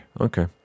Okay